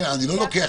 אני לא חושב